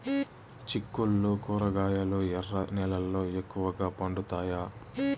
చిక్కుళ్లు కూరగాయలు ఎర్ర నేలల్లో ఎక్కువగా పండుతాయా